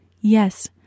Yes